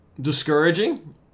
discouraging